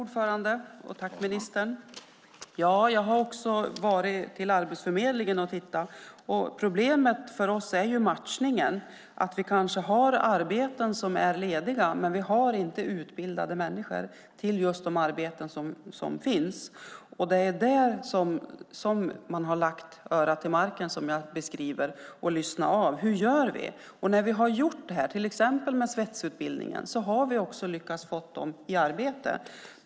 Herr talman! Jag har också varit på Arbetsförmedlingen och tittat. Problemet är matchningen, att det kanske finns arbeten som är lediga men inte utbildade människor till just de arbetena. Det är där man har lagt örat till marken, som jag beskriver det, och lyssnat av: Hur gör vi? När vi har gjort det, till exempel med svetsutbildningen, har vi också lyckats få dem i arbete.